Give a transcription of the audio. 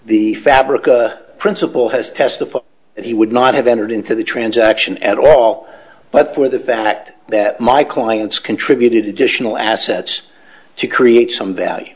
the fabric principal has testified that he would not have entered into the transaction at all but for the fact that my clients contributed additional assets to create some